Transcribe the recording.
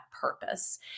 purpose